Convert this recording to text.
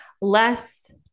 less